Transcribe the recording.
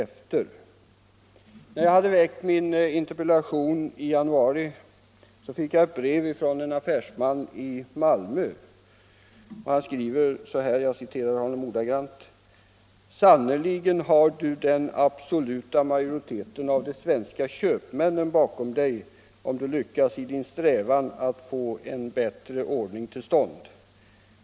Efter det att jag hade framställt min interpellation i januari fick jag ett brev från en affärsman i Malmö, som skrev så här: ”Sannerligen har Du den absoluta majoriteten av de svenska köpmännen bakom Dig om Du lyckas i Din strävan att få en bättre ordning till stånd.